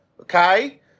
Okay